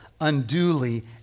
unduly